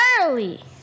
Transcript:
early